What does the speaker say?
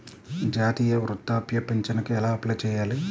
జాతీయ వృద్ధాప్య పింఛనుకి ఎలా అప్లై చేయాలి?